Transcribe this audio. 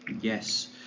Yes